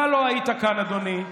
אתה לא היית כאן, אדוני.